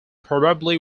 probably